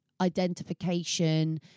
identification